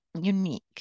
unique